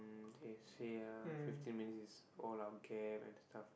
mm they say ah fifteen minutes is all our gap and stuff